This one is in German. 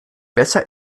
besser